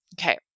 Okay